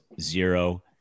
zero